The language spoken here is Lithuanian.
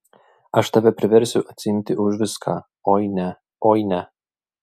aš tave priversiu atsiimti už viską oi ne oi ne